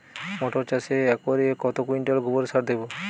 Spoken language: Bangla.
মটর চাষে একরে কত কুইন্টাল গোবরসার দেবো?